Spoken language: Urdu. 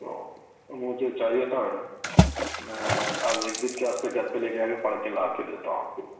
تو مجھے چاہیے تھا میڈم میں کے واسطے گھر پہ لے جا کے پڑھ کے لا کے دیتا ہوں آپ کو